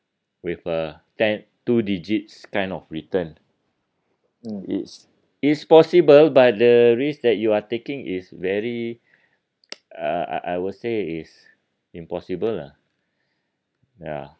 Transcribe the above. with a ten two digits kind of return it's it's possible but the risk that you are taking is very uh I will say is impossible lah ya